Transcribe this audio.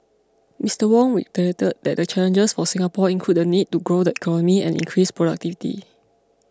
Mister Wong reiterated that the challenges for Singapore include the need to grow the economy and increase productivity